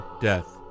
death